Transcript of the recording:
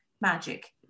magic